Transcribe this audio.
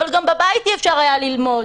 אבל גם בבית אי-אפשר היה ללמוד.